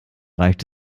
reicht